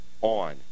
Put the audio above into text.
on